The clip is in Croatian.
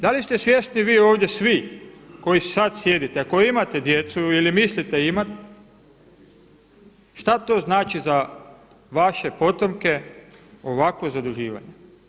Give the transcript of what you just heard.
Da li ste svjesni vi ovdje svi koji sad sjedite a koji imate djecu ili mislite imat šta to znači za vaše potomke ovakvo zaduživanje?